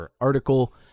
Article